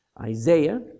Isaiah